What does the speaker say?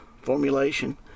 formulation